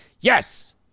Yes